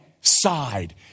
Side